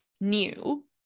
new